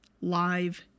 live